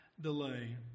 delay